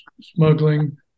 smuggling